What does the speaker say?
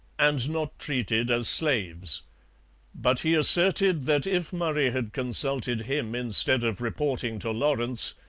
and not treated as slaves but he asserted that if murray had consulted him instead of reporting to lawrence,